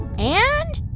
and.